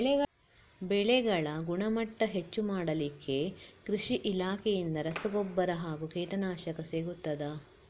ಬೆಳೆಗಳ ಗುಣಮಟ್ಟ ಹೆಚ್ಚು ಮಾಡಲಿಕ್ಕೆ ಕೃಷಿ ಇಲಾಖೆಯಿಂದ ರಸಗೊಬ್ಬರ ಹಾಗೂ ಕೀಟನಾಶಕ ಸಿಗುತ್ತದಾ?